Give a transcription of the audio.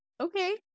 okay